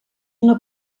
una